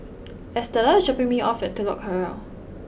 Estela is dropping me off at Telok Kurau